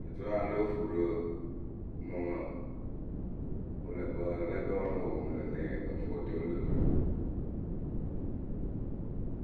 wǝǝ, oturu a ya lóo fuu rɨ mɨ wɨlǝkpǝ lǝ kǝ́ wɨ lóo poŋ mɨ lǝ̈ ŋlë o fuu otoolu lö yurǝ.